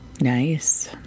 nice